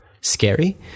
scary